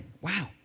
wow